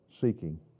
seeking